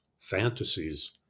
fantasies